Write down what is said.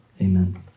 amen